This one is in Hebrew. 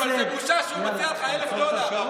היושב-ראש, אבל זה בושה שהוא מציע לך 1,000 דולר.